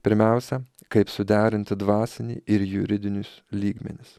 pirmiausia kaip suderinti dvasinį ir juridinius lygmenis